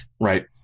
Right